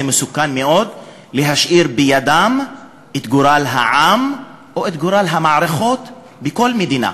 זה מסוכן מאוד להשאיר בידם את גורל העם או את גורל המערכות בכל מדינה.